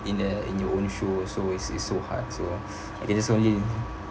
in uh in your own shoe so it's so hard so it is only